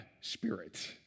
spirit